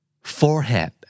Forehead